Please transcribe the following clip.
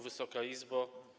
Wysoka Izbo!